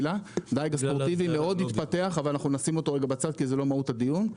דיג ספורטיבי התפתח מאוד אבל נשים אותו לרגע בצד כי זה לא מהות הדיון.